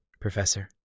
Professor